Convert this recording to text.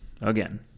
again